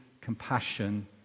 compassion